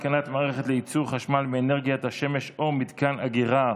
(התקנת מערכת לייצור חשמל מאנרגיית השמש או מתקן אגירה,